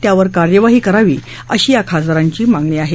त्यावर कार्यवाही करावी अशी या खासदारांची मागणी आहे